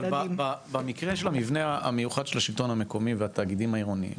אבל במקרה של המבנה המיוחד של השלטון המקומי והתאגידים העירוניים,